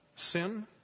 Sin